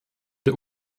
der